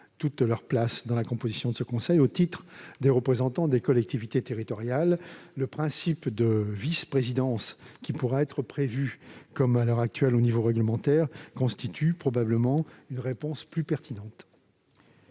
toute leur place dans la composition de ce conseil, au titre des représentants des collectivités territoriales. Le principe de vice-présidence, qui pourra être prévu, comme à l'heure actuelle, au niveau réglementaire constitue probablement une réponse plus pertinente.